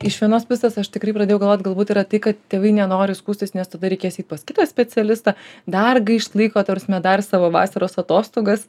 iš vienos pusės aš tikrai pradėjau galvot galbūt yra tai kad tėvai nenori skųstis nes tada reikės eit pas kitą specialistą dar gaišt laiko ta prasme dar savo vasaros atostogas